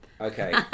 okay